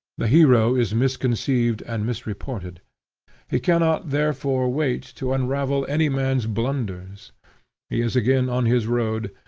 the hero is misconceived and misreported he cannot therefore wait to unravel any man's blunders he is again on his road,